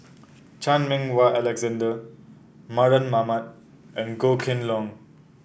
Chan Meng Wah Alexander Mardan Mamat and Goh Kheng Long